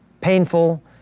painful